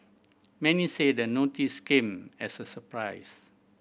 many say the notice came as a surprise